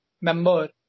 member